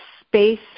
space